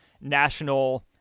national